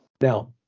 Now